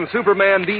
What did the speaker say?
Superman